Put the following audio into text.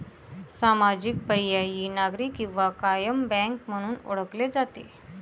सामाजिक, पर्यायी, नागरी किंवा कायम बँक म्हणून ओळखले जाते